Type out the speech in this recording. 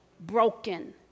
Broken